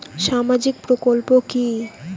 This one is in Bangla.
সামাজিক প্রকল্প কি?